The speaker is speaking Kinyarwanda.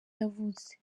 yavutse